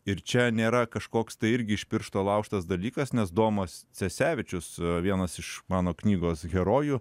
ir čia nėra kažkoks tai irgi iš piršto laužtas dalykas nes domas cesevičius vienas iš mano knygos herojų